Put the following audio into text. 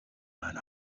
man